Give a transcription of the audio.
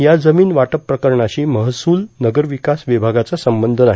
या जमीन वाटप प्रकरणाशी महसूल नगरविकास विभागाचा संबंध नाही